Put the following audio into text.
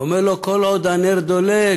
הוא אומר לו: כל עוד הנר דולק,